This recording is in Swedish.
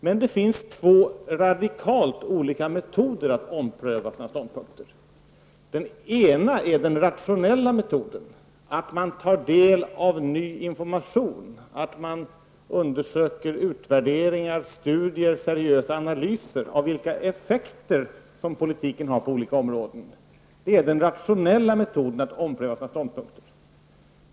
Men det finns två radikalt olika metoder för att ompröva sina ståndpunkter. Den ena metoden är den rationella, att man tar del av ny information, att man undersöker utvärderingar, studier och seriösa analyser av vilka effekter politiken har på olika områden. Det är den rationella metoden att ompröva sina ståndpunkter.